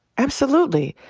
absolutely.